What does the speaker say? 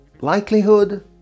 likelihood